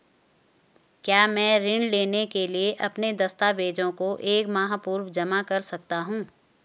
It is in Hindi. क्या मैं ऋण लेने के लिए अपने दस्तावेज़ों को एक माह पूर्व जमा कर सकता हूँ?